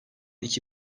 iki